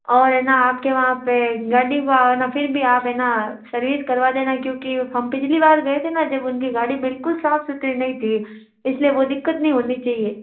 और है न आपके वहाँ पे गाड़ी वो फिर भी आप है न सर्विस करवा देना क्योंकि हम पिछली बार गए थे ना जब उनकी गाड़ी बिल्कुल साफ सुथरी नहीं थी इसलिए वो दिक्कत नहीं होनी चाहिए